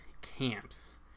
camps